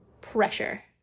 pressure